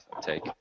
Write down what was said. take